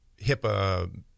HIPAA